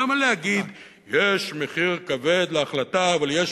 למה להגיד "יש מחיר כבד להחלטה אבל יש